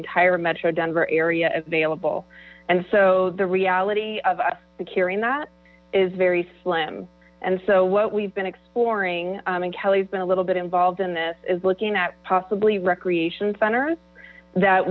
entire metro denver area available and so the reality of carrying that is very slim and so what we've been exploring and kelly's been a little bit involved in this is looking at possibly recreation centers that